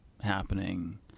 happening